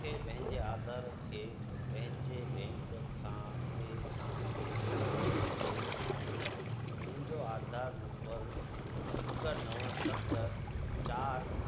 मूंखे पंहिंजे आधार खे पंहिंजे बैंक खाते सां जोड़ण जी ज़रूरत आहे मुंहिंजो आधार नम्बर हिकु नवं सत चार